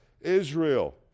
Israel